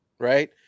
right